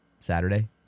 Saturday